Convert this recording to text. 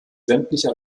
sämtliche